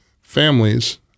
families